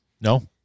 No